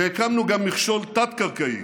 הקמנו גם מכשול תת-קרקעי